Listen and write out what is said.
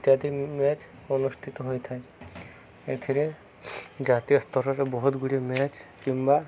ଇତ୍ୟାଦି ମ୍ୟାଚ ଅନୁଷ୍ଠିତ ହୋଇଥାଏ ଏଥିରେ ଜାତୀୟ ସ୍ତରରେ ବହୁତ ଗୁଡ଼ିଏ ମ୍ୟାଚ୍ କିମ୍ବା